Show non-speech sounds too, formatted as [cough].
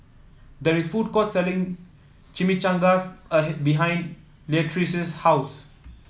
there is a food court selling Chimichangas [unintelligible] behind Leatrice's house